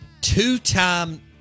Two-time